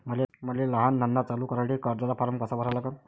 मले लहान धंदा चालू करासाठी कर्जाचा फारम कसा भरा लागन?